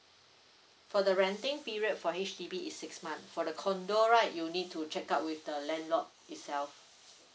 for the renting period for H_D_B is six month for the condo right you need to check out with the landlord itself